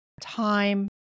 time